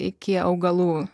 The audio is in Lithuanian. iki augalų